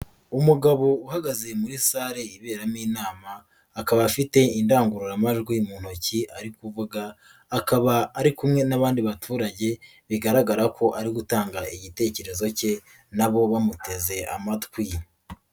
Umugabo uhagaze muri salle iberamo inama, akaba afite indangururamajwi mu ntoki ari kuvuga, akaba ari kumwe nabandi baturage, bigaragara ko ari gutanga igitekerezo cye, nabo bamuteze amatwi ye.